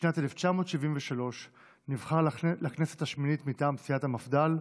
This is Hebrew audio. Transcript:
בשנת 1973 נבחר לכנסת השמינית מטעם סיעת המפד"ל,